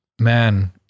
man